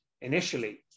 initially